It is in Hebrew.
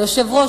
היושב-ראש,